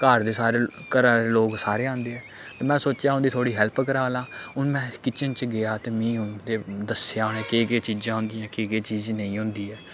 घर दे घरै दे लोक सारे आंदे ते में सोचेआ उं'दी थोह्ड़ी हैल्प करा लां हून में किचन च गेआ ते मि दस्सेआ उ'नें केह् केह् चीज़ां होंदियां केह् केह् चीज़ नेईं होंदी ऐ